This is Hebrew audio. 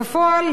בפועל,